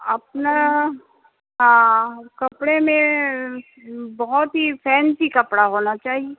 اپنا ہاں کپڑے میں بہت ہی فنسی کپڑا والنا چاہیے